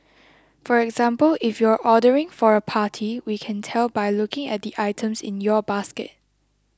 for example if you're ordering for a party we can tell by looking at the items in your basket